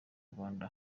rwanda